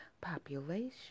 population